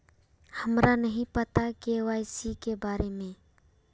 हमरा नहीं पता के.वाई.सी के बारे में?